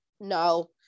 No